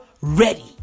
ready